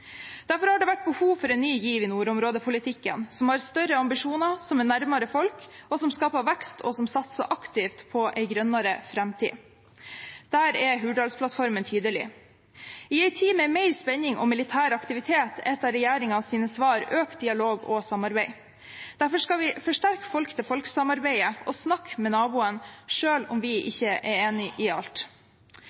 Derfor har det vært behov for en ny giv i nordområdepolitikken som har større ambisjoner, som er nærmere folk, og som skal skape vekst og satse aktivt på en grønnere framtid. Der er Hurdalsplattformen tydelig. I en tid med mer spenning og militær aktivitet er et av regjeringens svar økt dialog og samarbeid. Derfor skal vi forsterke folk-til-folk-samarbeidet og snakke med naboen, selv om vi ikke er enig i alt.